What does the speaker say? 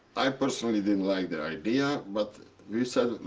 i personally didn't like the idea, but we said,